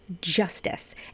justice